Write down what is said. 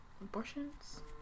Abortions